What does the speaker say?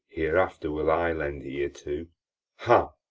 hereafter will i lend ear to ha!